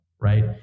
right